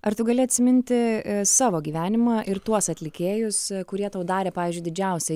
ar tu gali atsiminti savo gyvenimą ir tuos atlikėjus kurie tau darė pavyzdžiui didžiausią